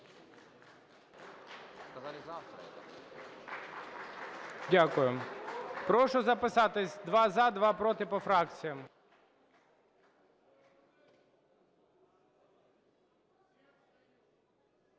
Дякую. Прошу записатись: два – за, два – проти, по фракціям.